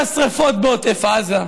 על השרפות בעוטף עזה,